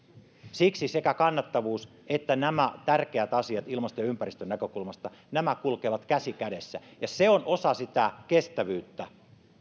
siksi sekä kannattavuus että nämä tärkeät asiat ilmaston ja ympäristön näkökulmasta kulkevat käsi kädessä ja se on osa sitä kestävyyttä